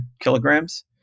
kilograms